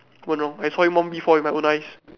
Wen-Rong I saw him one V four with my own eyes